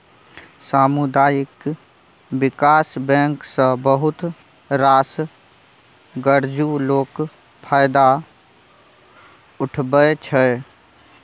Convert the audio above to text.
सामुदायिक बिकास बैंक सँ बहुत रास गरजु लोक फायदा उठबै छै